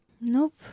Nope